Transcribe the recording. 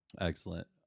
Excellent